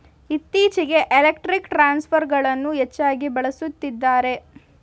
ಇತ್ತೀಚೆಗೆ ಎಲೆಕ್ಟ್ರಿಕ್ ಟ್ರಾನ್ಸ್ಫರ್ಗಳನ್ನು ಹೆಚ್ಚಾಗಿ ಬಳಸುತ್ತಿದ್ದಾರೆ